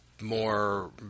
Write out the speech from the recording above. more